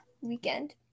weekend